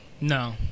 No